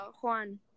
Juan